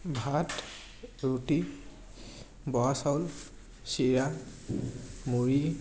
ভাত ৰুটি বৰা চাউল চিৰা মুড়ি